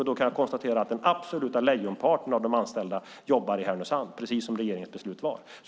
Jag kan konstatera att den absoluta lejonparten av de anställda jobbar i Härnösand, precis som regeringens beslut var.